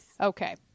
Okay